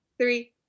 three